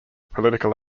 political